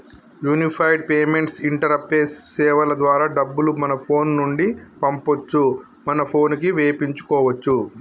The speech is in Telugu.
యూనిఫైడ్ పేమెంట్స్ ఇంటరపేస్ సేవల ద్వారా డబ్బులు మన ఫోను నుండి పంపొచ్చు మన పోనుకి వేపించుకోచ్చు